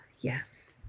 Yes